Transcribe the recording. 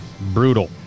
Brutal